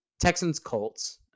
Texans-Colts